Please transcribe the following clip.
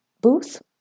booth